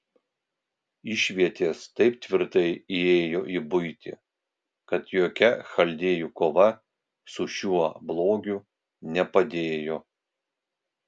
išvietės taip tvirtai įėjo į buitį kad jokia chaldėjų kova su šiuo blogiu nepadėjo